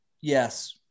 Yes